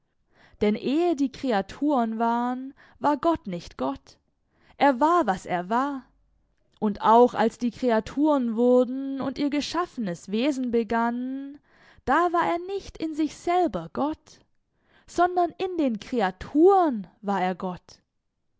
denn ehe die kreaturen waren war gott nicht gott er war was er war und auch als die kreaturen wurden und ihr geschaffenes wesen begannen da war er nicht in sich selber gott sondern in den kreaturen war er gott